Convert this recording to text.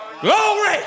Glory